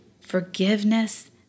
forgiveness